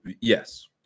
yes